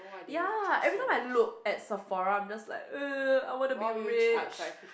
ya everytime I look at Sephora I'm just like uh I want to be rich